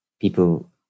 people